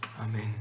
Amen